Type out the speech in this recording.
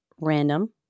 random